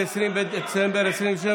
20 בדצמבר 2022,